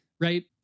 right